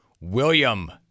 William